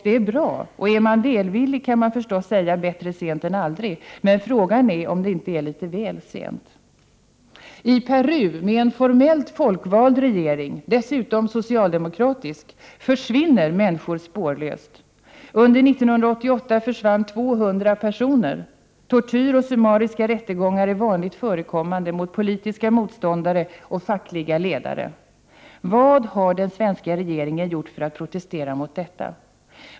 Det är bra, och är man välvillig kan man förstås säga ”bättre sent än aldrig”, men frågan är om det inte är litet väl sent. I Peru, med en formellt folkvald regering, dessutom socialdemokratisk, ”försvinner” människor spårlöst. Under 1988 försvann 200 personer. Tortyr och summariska rättegångar mot politiska motståndare och fackliga ledare är vanligt förekommande. Vad har den svenska regeringen gjort för att protestera mot detta?